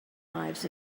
lives